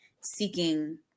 seeking